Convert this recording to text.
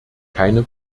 keine